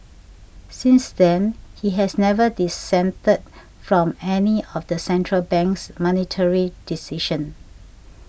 since then he has never dissented from any of the central bank's monetary decisions